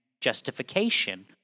justification